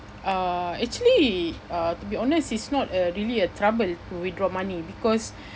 uh actually uh to be honest it's not uh really a trouble to withdraw money because